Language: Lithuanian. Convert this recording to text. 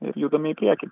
ir judame į priekį